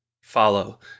follow